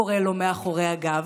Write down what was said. קורא לו מאחורי הגב,